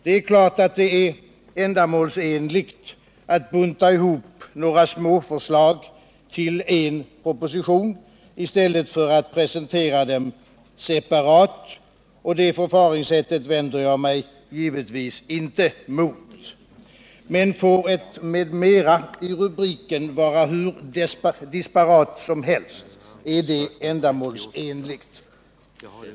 Det är klart att det är ändamålsenligt att bunta ihop några småförslag till en proposition i stället för att presentera dem separat, och det förfaringssättet vänder jag mig givetvis inte mot. Men får ett ”m.m.” i rubriken vara hur disparat som helst? Är det ändamålsenligt?